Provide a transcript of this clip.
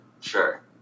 Sure